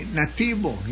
nativo